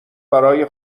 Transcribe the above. برای